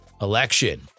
election